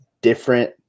different